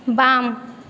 बाम